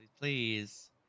please